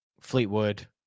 Fleetwood